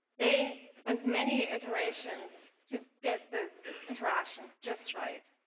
they spent many iterations to get this interaction just right.